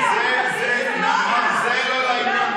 זה לא לעניין,